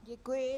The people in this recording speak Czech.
Děkuji.